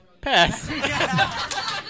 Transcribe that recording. Pass